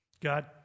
God